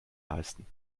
leisten